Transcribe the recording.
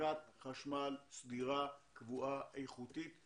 אספקת חשמל סדירה, קבועה, איכותית,